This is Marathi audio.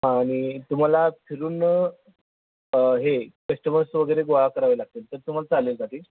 आणि तुम्हाला फिरून हे कस्टमर्स वगैरे गोळा करावे लागतील तर तुम्हाला चालेल का ते